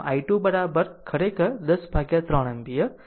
આમ i2 ખરેખર 103 ampere